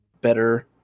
better